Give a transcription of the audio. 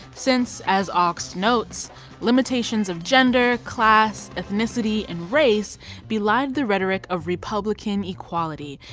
since as augst notes limitations of gender, class, ethnicity, and race belied the rhetoric of republican equality,